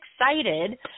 excited